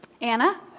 Anna